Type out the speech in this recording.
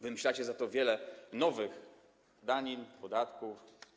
Wymyślacie za to wiele nowych danin, podatków.